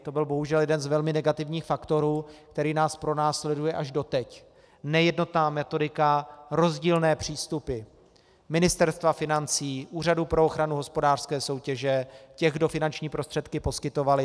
To byl bohužel jeden z velmi negativních faktorů, který nás pronásleduje až doteď nejednotná metodika, rozdílné přístupy Ministerstva financí, Úřadu pro ochranu hospodářské soutěže, těch, kdo finanční prostředky poskytovali.